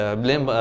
blame